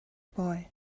boy